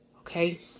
Okay